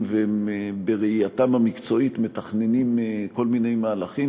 שבראייתם המקצועית מתכננים כל מיני מהלכים.